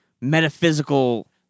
metaphysical